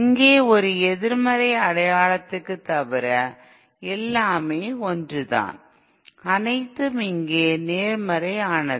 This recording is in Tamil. இங்கே ஒரு எதிர்மறை அடையாளத்திற்கு தவிர எல்லாமே ஒன்றுதான் அனைத்தும் இங்கே நேர்மறையானது